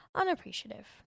Unappreciative